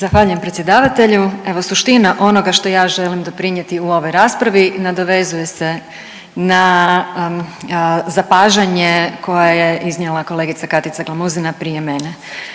Zahvaljujem predsjedavatelju. Evo suština onoga što ja želim doprinijeti u ovoj raspravi nadovezuje se na zapažanje koje je iznijela kolegica Katica Glamuzina prije mene.